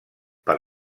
per